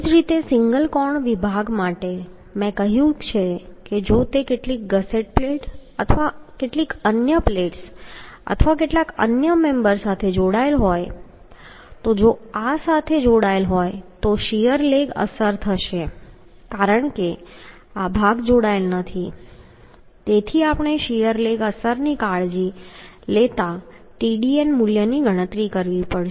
એ જ રીતે સિંગલ કોણ વિભાગ માટે મેં કહ્યું કે જો તે કેટલીક ગસેટ પ્લેટ અથવા કેટલીક અન્ય પ્લેટ્સ અથવા અન્ય કેટલાક મેમ્બર સાથે જોડાયેલ હોય તો જો તે આ સાથે જોડાયેલ હોય તો શીયર લેગ અસર થશે કારણ કે આ ભાગ જોડાયેલ નથી તેથી આપણે શીયર લેગ અસરની કાળજી લેતા Tdn મૂલ્યની ગણતરી કરવી પડશે